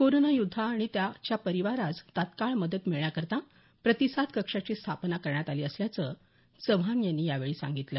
corona योद्धा आणि त्याच्या परिवारास तत्काळ मदत मिळण्याकरता प्रतिसाद कक्षाची स्थापना करण्यात आली असल्याचं चव्हाण यांनी यावेळी सांगितलं